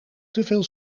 teveel